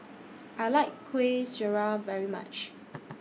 I like Kuih Syara very much